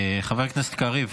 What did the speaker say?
חבר הכנסת קריב,